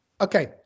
Okay